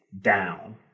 down